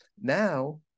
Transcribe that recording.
now